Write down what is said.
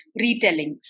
retellings